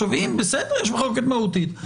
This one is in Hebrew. אם יש מחלוקת מהותית,